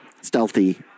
stealthy